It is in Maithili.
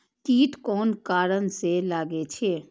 कीट कोन कारण से लागे छै?